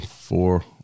four